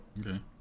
Okay